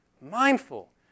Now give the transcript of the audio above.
Mindful